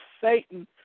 Satan